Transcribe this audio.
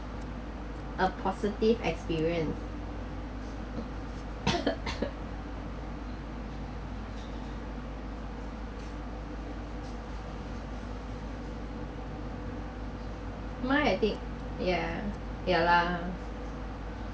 a positive experience mine I think yeah yeah lah